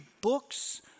books